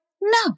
no